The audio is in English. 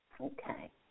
Okay